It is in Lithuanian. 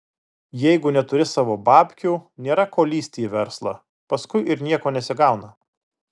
jeigu neturi savo babkių nėra ko lįsti į verslą paskui ir nieko nesigauna